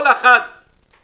כל אחד מהם